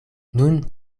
nun